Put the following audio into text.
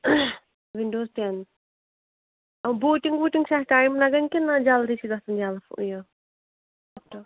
Windows ten booting ووٗٹِنٛگ چھَ اَتھ ٹایِم لَگَان کِنہٕ نہ جَلدی چھُ گَژھان یَلہٕ یہِ